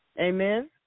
Amen